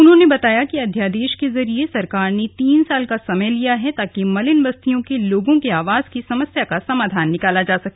उन्होंने बताया कि अध्यादेश के जरिए सरकार ने तीन साल का समय लिया है ताकि मलिन बस्तियों के लोगों के आवास की समस्या का समाधान निकाला जा सके